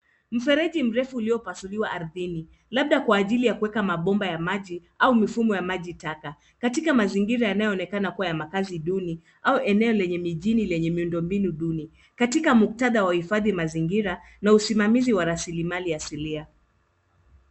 Mfereji mrefu uliopasuliwa ardhini, labda kwa kuweka mabomba ya maji, au mifumo ya maji taka. Katika mazingira yanayoonekana kuwa ya makazi duni, au eneo lenye mijini lenye miundo mbinu duni, katika muktadha wa uhifadhi mazingira, na usimamizi wa rasilimali asilia.